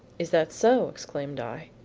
is that so? exclaimed i.